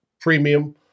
premium